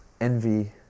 envy